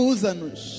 Usa-nos